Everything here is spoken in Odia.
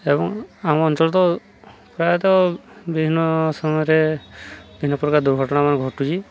ଏବଂ ଆମ ଅଞ୍ଚଳ ତ ପ୍ରାୟତଃ ବିଭିନ୍ନ ସମୟରେ ବିଭିନ୍ନ ପ୍ରକାର ଦୁର୍ଘଟଣା ଆମେ ଘଟୁଛି